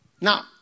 Now